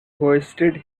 hoisted